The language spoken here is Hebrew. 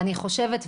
אני חושבת,